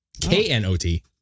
K-N-O-T